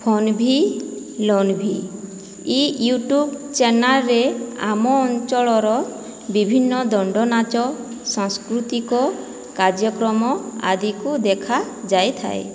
phone ଭି loan ଭି ଇ ୟୁଟ୍ୟୁବ ଚ୍ୟାନେଲରେ ଆମ ଅଞ୍ଚଳର ବିଭିନ୍ନ ଦଣ୍ଡନାଚ ସାଂସ୍କୃତିକ କାର୍ଯ୍ୟକ୍ରମ ଆଦିକୁ ଦେଖା ଯାଇଥାଏ